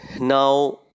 Now